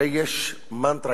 הרי יש מנטרה,